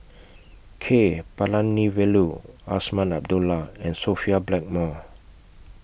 K Palanivelu Azman Abdullah and Sophia Blackmore